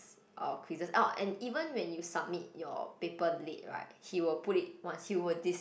of quizzes oh and even when you submit your paper late right he will put it one he will dis~